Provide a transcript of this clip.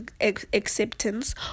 acceptance